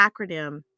acronym